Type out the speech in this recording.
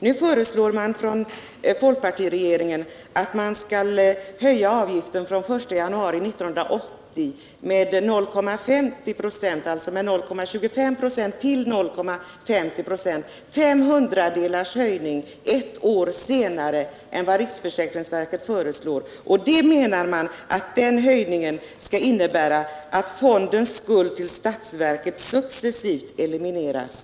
Nu föreslår man från folkpartiregeringen att avgiften skall höjas från den 1 januari 1980 från 0,25 96 till 0,5 96 — fem hundradels procents höjning ett år senare än vad riksförsäkringsverket föreslog. Och nu menar man att den höjningen skall innebära att fondens skuld till statsverket successivt elimineras.